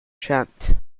chant